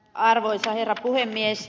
arvoisa herra puhemies